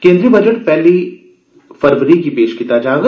केन्द्रीय बजट पैहली फरवरी गी पेश कीता जाग